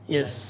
Yes